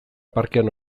parkean